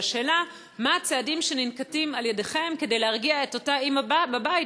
והשאלה: מה הם הצעדים שננקטים על-ידיכם כדי להרגיע את אותה אימא בבית,